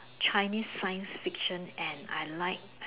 Chinese science fiction and I like